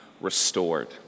restored